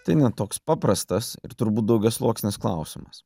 tai ne toks paprastas ir turbūt daugiasluoksnis klausimas